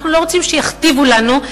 אנחנו לא רוצים שיכתיבו לנו.